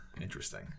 Interesting